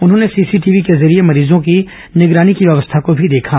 उन्होंने सीसीटीवी के जरिए मरीजों की निगरानी की व्यवस्था को भी देखा